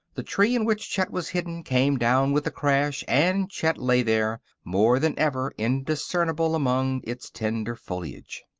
the tree in which chet was hidden came down with a crash, and chet lay there, more than ever indiscernible among its tender foliage.